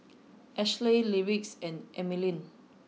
Ashlea Lyric and Emmaline